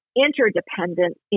interdependent